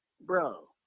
Bro